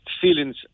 feelings